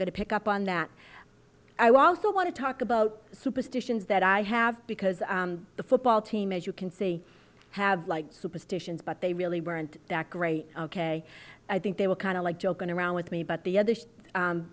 going to pick up on that i also want to talk about superstitions that i have because the football team as you can see have like superstitions but they really weren't that great ok i think they were kind of like joking around with me but the other